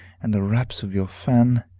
and the raps of your fan.